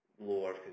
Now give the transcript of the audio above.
lower